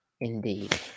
indeed